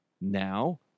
Now